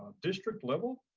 district level,